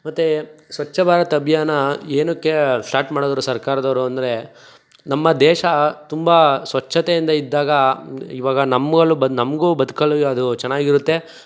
ಮತ್ತು ಸ್ವಚ್ಛ ಭಾರತ್ ಅಭಿಯಾನ ಏನಕ್ಕೇ ಸ್ಟಾಟ್ ಮಾಡಿದ್ರು ಸರ್ಕಾರದವ್ರು ಅಂದರೆ ನಮ್ಮ ದೇಶ ತುಂಬ ಸ್ವಚ್ಛತೆಯಿಂದ ಇದ್ದಾಗ ಇವಾಗ ನಮ್ಗಳು ಬ ನಮಗೂ ಬದುಕಲು ಅದು ಚೆನ್ನಾಗಿರುತ್ತೆ